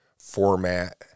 format